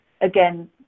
again